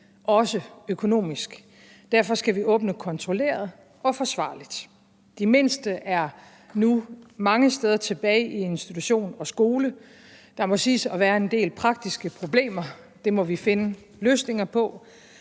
også økonomisk, og derfor skal vi åbne kontrolleret og forsvarligt. De mindste er nu mange steder tilbage i institution og skole, og der må siges at være en del praktiske problemer, men det må vi finde løsninger på.